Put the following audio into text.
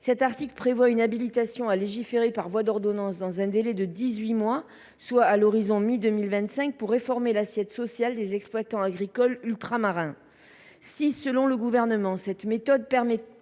Ledit article prévoit une habilitation à légiférer par voie d’ordonnance, dans un délai de dix huit mois, soit à horizon du milieu de l’année 2025, pour réformer l’assiette sociale des exploitants agricoles ultramarins. Selon le Gouvernement, « cette méthode permettrait